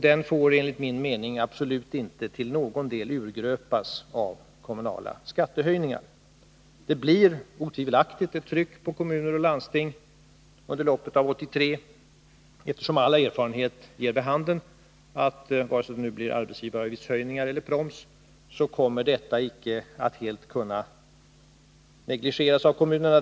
Den får enligt min mening absolut inte till någon del urgröpas av kommunala skattehöjningar. Det blir otvivelaktigt ett tryck på kommuner och landsting under loppet av 1983, eftersom all erfarenhet ger vid handen att detta, vare sig det nu blir arbetsgivaravgiftshöjningar eller proms, icke kommer att helt kunna negligeras av kommunerna.